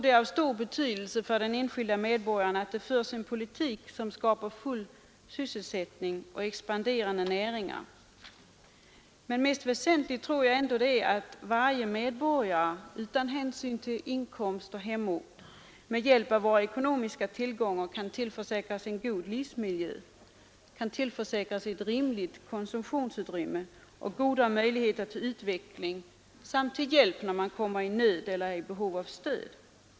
Det är av stor betydelse för den enskilde medborgaren att det förs en politik, som skapar full sysselsättning och expanderande näringar. Men mest väsentligt är det dock att varje medborgare utan hänsyn till inkomst och hemort med hjälp av våra ekonomiska tillgångar kan tillförsäkras en god livsmiljö, ett rimligt konsumtionsutrymme och goda möjligheter till utveckling samt till hjälp när man kommer i nöd eller är i behov av stöd.